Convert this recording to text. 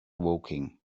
woking